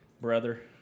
brother